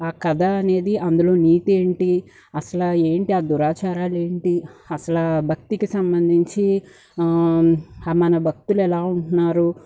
కథ అనేది అందులో నీతి ఏంటి అసల ఏంటి దురాచారాలేంటి అసలు భక్తికి సంబంధించి మన భక్తులు ఎలా ఉంటున్నారు